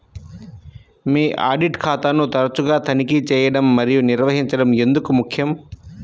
మీ audit ఖాతాను తరచుగా తనిఖీ చేయడం మరియు నిర్వహించడం ఎందుకు ముఖ్యం?